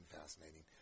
fascinating